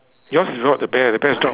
yours is without the bear the bear has dropped